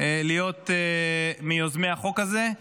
להיות מיוזמי החוק הזה,